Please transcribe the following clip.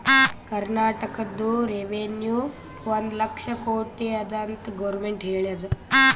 ಕರ್ನಾಟಕದು ರೆವೆನ್ಯೂ ಒಂದ್ ಲಕ್ಷ ಕೋಟಿ ಅದ ಅಂತ್ ಗೊರ್ಮೆಂಟ್ ಹೇಳ್ಯಾದ್